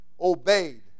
obeyed